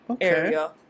area